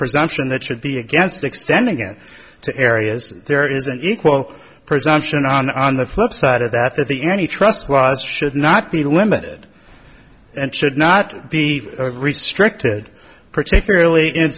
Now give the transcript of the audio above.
presumption that should be against extending it to areas there is an equal presumption on on the flip side of that that the any trust laws should not be limited and should not be restricted particularly in